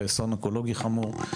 ואסון אקולוגי חמור.